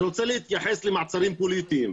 אני רוצה להתייחס למעצרים פוליטיים.